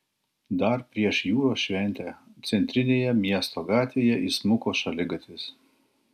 dar prieš jūros šventę centrinėje miesto gatvėje įsmuko šaligatvis